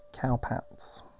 Cowpats